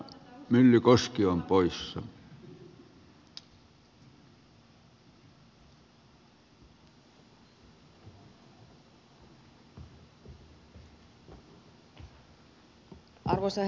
arvoisa herra puhemies